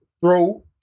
throw